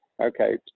okay